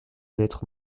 lettres